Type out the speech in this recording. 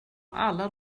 alla